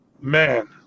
man